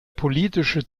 politische